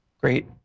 Great